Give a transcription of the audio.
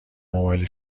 موبایل